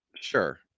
Sure